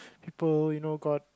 people you know got